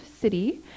city